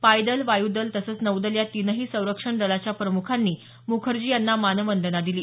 पायदल वायुदल तसंच नौदल या तीनही संरक्षण दलाच्या प्रमुखांनी मुखर्जी यांना मानवंदना दिली